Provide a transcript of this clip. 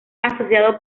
asociado